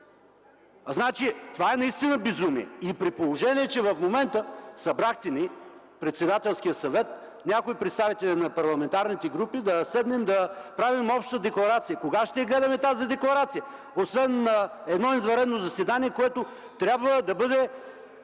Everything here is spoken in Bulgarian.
Джазира”. Това наистина е безумие! И при положение, че ни събрахте на Председателски съвет, някои представители на парламентарните групи да седнем да правим обща декларация. Кога ще гледаме тази декларация, освен на едно извънредно заседание, което трябва да бъде